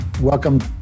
Welcome